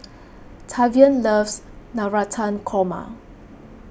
Tavian loves Navratan Korma